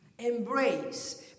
Embrace